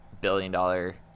billion-dollar